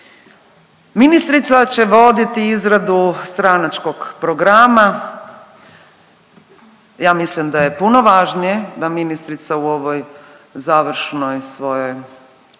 Ministrica će voditi izradu stranačkog programa, ja mislim da je puno važnije da ministrica u ovoj završnoj svojoj